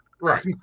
right